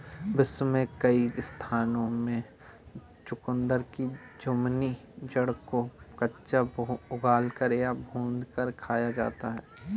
विश्व के कई स्थानों में चुकंदर की जामुनी जड़ को कच्चा उबालकर या भूनकर खाया जाता है